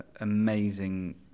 amazing